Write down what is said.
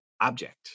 object